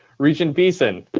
regent beeson?